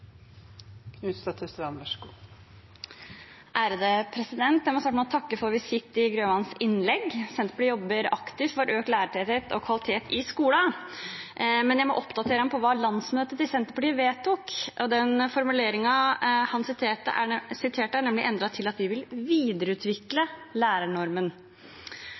Jeg må starte med å takke for visitt i Grøvans innlegg. Senterpartiet jobber aktivt for økt lærertetthet og kvalitet i skolen. Men jeg må oppdatere ham på hva landsmøtet til Senterpartiet vedtok. Den formuleringen han viste til, er nemlig endret til at vi vil videreutvikle lærernormen.